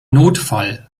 notfall